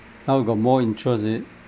now you got more interest is it